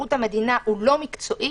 שירות המדינה אינו מקצועי